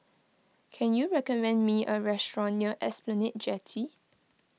can you recommend me a restaurant near Esplanade Jetty